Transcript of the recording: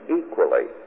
equally